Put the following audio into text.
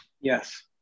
Yes